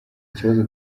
kibazo